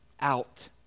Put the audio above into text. out